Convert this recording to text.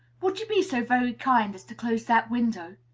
would you be so very kind as to close that window?